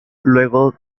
luego